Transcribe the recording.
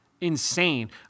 insane